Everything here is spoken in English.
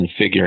configuring